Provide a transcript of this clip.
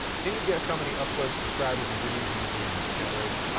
can you guess how many uploads, subscribers and video views you've generated? ah,